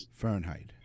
fahrenheit